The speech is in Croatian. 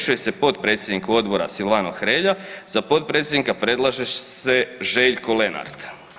se potpredsjednik odbora Silvano Hrelja, za potpredsjednika predlaže se Željko Lenart.